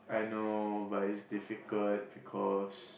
I know but it's difficult because